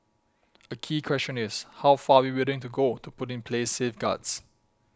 a key question is how far are we willing to go to put in place safeguards